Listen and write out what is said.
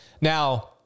Now